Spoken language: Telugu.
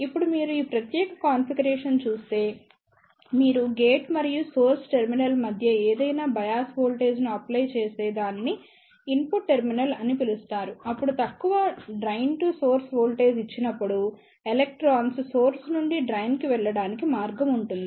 ఇప్పుడు మీరు ఈ ప్రత్యేక కాన్ఫిగరేషన్ చూస్తేమీరు గేట్ మరియు సోర్స్ టెర్మినల్ మధ్య ఏదైనా బయాస్ వోల్టేజ్ను అప్లై చేసే దానిని ఇన్పుట్ టెర్మినల్ అని పిలుస్తారు అప్పుడు తక్కువ డ్రైన్ టు సోర్స్ వోల్టేజ్ ఇచ్చినప్పుడు ఎలక్ట్రాన్స్ సోర్స్ నుండి డ్రైన్ కు వెళ్ళడానికి మార్గం ఉంటుంది